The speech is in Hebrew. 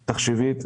תחשיבית.